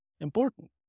important